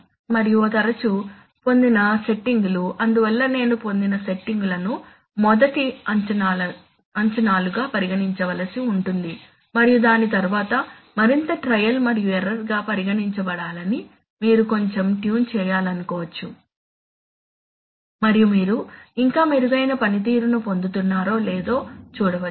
మరియు తరచూ పొందిన సెట్టింగులు అందువల్ల నేను పొందిన సెట్టింగులను మొదటి అంచనాలుగా పరిగణించవలసి ఉంటుందని మరియు దాని తరువాత మరింత ట్రయల్ మరియు ఎర్రర్గా పరిగణించబడాలని మీరు కొంచెం ట్యూన్ చేయాలనుకోవచ్చు మరియు మీరు ఇంకా మెరుగైన పనితీరును పొందుతున్నారో లేదో చూడవచ్చు